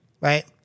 Right